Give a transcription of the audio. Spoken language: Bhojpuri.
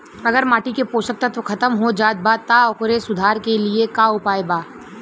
अगर माटी के पोषक तत्व खत्म हो जात बा त ओकरे सुधार के लिए का उपाय बा?